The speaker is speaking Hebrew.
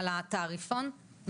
על התעריפון.